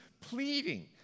pleading